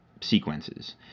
sequences